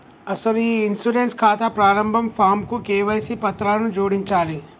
అసలు ఈ ఇన్సూరెన్స్ ఖాతా ప్రారంభ ఫాంకు కేవైసీ పత్రాలను జోడించాలి